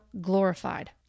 glorified